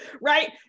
right